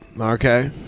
okay